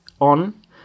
on